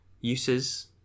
uses